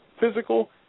physical